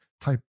type